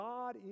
God